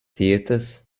theatres